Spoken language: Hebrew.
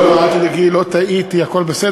לא, לא, אל תדאגי, לא טעיתי, הכול בסדר.